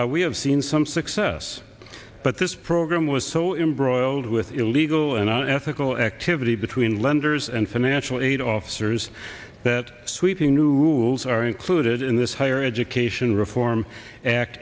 we have seen some success but this program was so in broiled with illegal and unethical activity between lenders and financial aid officers that sweeping new rules are included in this higher education reform act